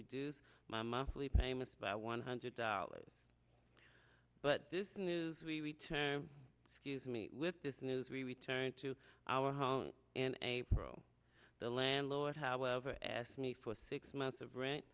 reduce my monthly payments by one hundred dollars but this news we return scuse me with this news we return to our home in april the landlord however asked me for six months of rent